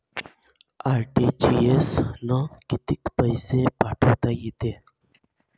RTGS न कितीक पैसे पाठवता येते?